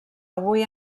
avui